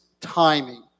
timing